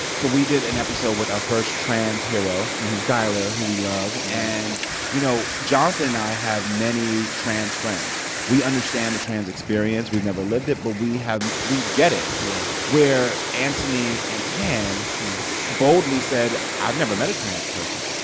so we did an episode with our first trans hero skyler, who we love. and you know, jonathan and i have many trans friends. we understand the trans experience. we've never lived it, but we have we get it. yeah. where antoni and tan boldly said, i've never met a trans person.